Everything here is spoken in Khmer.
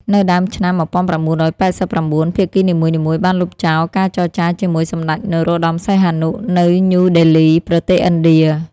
នៅដើមឆ្នាំ ១៩៨៩ ភាគីនីមួយៗបានលុបចោលការចរចាជាមួយសម្ដេច នរោត្តមសីហនុ នៅញូដេលី ប្រទេសឥណ្ឌា។